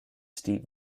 steep